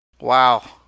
Wow